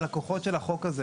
הלקוחות של החוק הזה.